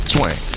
Swing